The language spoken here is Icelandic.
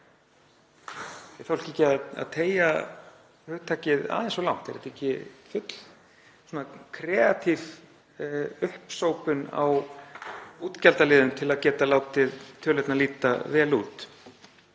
Er fólk ekki að teygja hugtakið aðeins of langt? Er þetta ekki full kreatíf uppsópun á útgjaldaliðum til að geta látið tölurnar líta vel út?